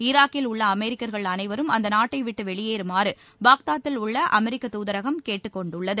ஈராக்கில் உள்ள அமெரிக்கர்கள் அனைவரும் அந்த நாட்டைவிட்டு வெளியேறுமாறு பாக்தாதில் உள்ள அமெரிக்க தூதரகம் கேட்டுக் கொண்டுள்ளது